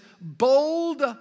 bold